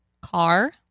car